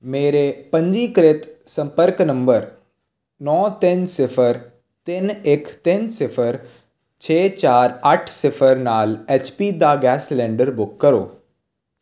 ਮੇਰੇ ਪੰਜੀਕ੍ਰਿਤ ਸੰਪਰਕ ਨੰਬਰ ਨੌ ਤਿੰਨ ਸਿਫਰ ਤਿੰਨ ਇੱਕ ਤਿੰਨ ਸਿਫਰ ਛੇ ਚਾਰ ਅੱਠ ਸਿਫਰ ਨਾਲ ਐੱਚ ਪੀ ਦਾ ਗੈਸ ਸਿਲੰਡਰ ਬੁੱਕ ਕਰੋ